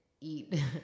eat